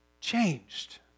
changed